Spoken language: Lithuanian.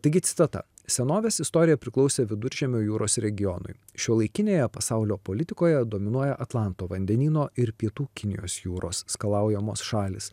taigi citata senovės istorija priklausė viduržemio jūros regionui šiuolaikinėje pasaulio politikoje dominuoja atlanto vandenyno ir pietų kinijos jūros skalaujamos šalys